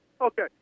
Okay